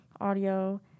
audio